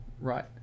Right